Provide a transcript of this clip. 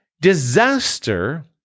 Disaster